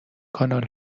کانال